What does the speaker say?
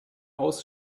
aus